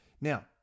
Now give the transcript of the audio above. Now